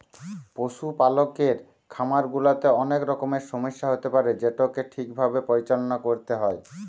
পশুপালকের খামার গুলাতে অনেক রকমের সমস্যা হতে পারে যেটোকে ঠিক ভাবে পরিচালনা করতে হয়